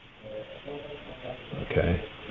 Okay